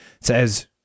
says